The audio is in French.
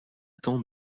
temps